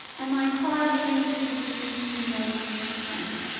and my car begins to weave from lane to lane.